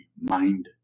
mind